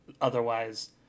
otherwise